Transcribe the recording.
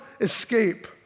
escape